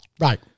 right